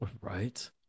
Right